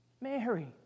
Mary